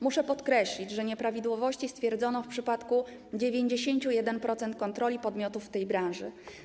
Muszę podkreślić, że nieprawidłowości stwierdzono w przypadku 91% kontroli podmiotów w tej branży.